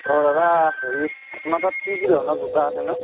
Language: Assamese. অঁ দাদা হেৰি আপোনাৰ তাত কি কি ধৰণৰ জোতা আছেনো